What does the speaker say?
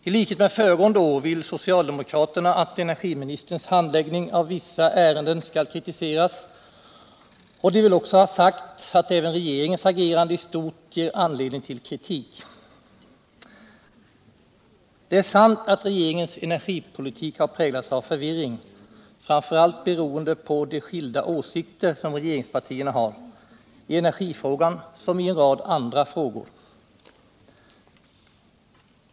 I likhet med föregående år vill socialdemokraterna att energiministerns handläggning av vissa ärenden skall kritiseras. De vill också ha sagt att även regeringens agerande i stort ger anledning till kritik. Det är sant att regeringens energipolitik präglats av förvirring, framför allt beroende på de skilda åsikter som regeringspartierna har — i energifrågan som i en rad andra frågor.